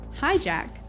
Hijack